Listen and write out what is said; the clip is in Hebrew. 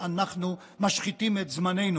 השר לביטחון לאומי.